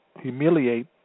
humiliate